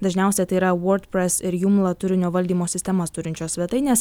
dažniausiai tai yra wordpress ir joomla turinio valdymo sistemas turinčios svetainės